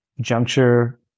juncture